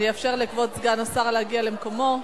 אני אאפשר לכבוד סגן השר להגיע למקומו.